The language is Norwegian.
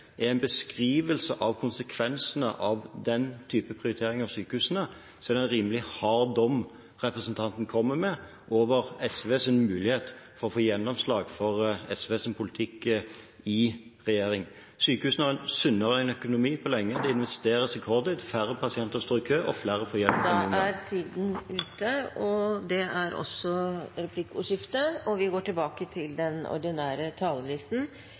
er en beskrivelse av konsekvensene av den typen prioritering av sykehusene, er det en rimelig hard dom representanten kommer med over SVs mulighet for å få gjennomslag for SVs politikk i regjering. Sykehusene har en sunnere økonomi enn på lenge, det investeres rekordhøyt, færre pasienter står i kø, og flere får hjelp. Da er tiden ute, og det er også